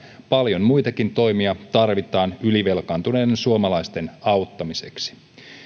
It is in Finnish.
paljon muitakin toimia tarvitaan ylivelkaantuneiden suomalaisten auttamiseksi